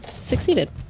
succeeded